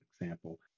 example